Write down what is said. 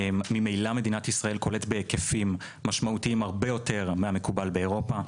ממילא מדינת ישראל כולאת בהיקפים משמעותיים הרבה יותר מהמקובל באירופה.